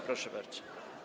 Proszę bardzo.